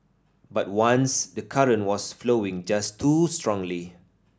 but once the current was flowing just too strongly